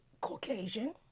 Caucasian